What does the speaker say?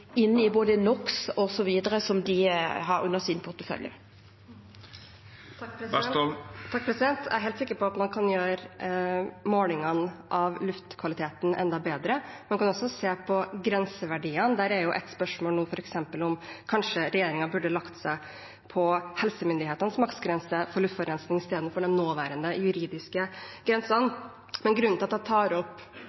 både NOx osv., som de har under sin portefølje. Jeg er helt sikker på at man kan gjøre målingene av luftkvaliteten enda bedre. Man kan også se på grenseverdiene. Der er jo ett spørsmål nå f.eks. om regjeringen kanskje burde lagt seg på helsemyndighetenes maksgrense for luftforurensning, i stedet for de nåværende juridiske grensene.